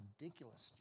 ridiculous